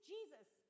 Jesus